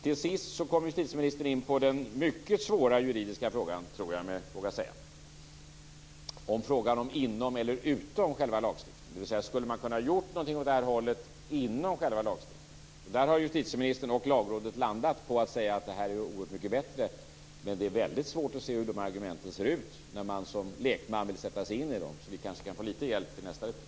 Till sist kom justitieministern in på den mycket svåra juridiska frågan, tror jag mig våga säga, om att reglera detta inom eller utom själva lagstiftningen, dvs.: Skulle man ha kunnat göra någonting åt det här hållet inom själva lagstiftningen? Här har justitieministern och Lagrådet landat på att säga att detta förslag är oerhört mycket bättre. Men det är väldigt svårt att se hur de argumenten ser ut när man som lekman vill sätta sig in i dem. Vi kanske kan få litet hjälp i nästa replik.